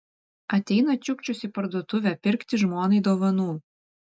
ateina čiukčius į parduotuvę pirkti žmonai dovanų